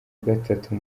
gatatu